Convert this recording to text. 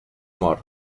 mor